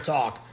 Talk